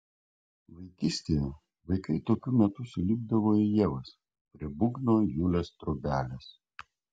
vaikystėje vaikai tokiu metu sulipdavo į ievas prie būgno julės trobelės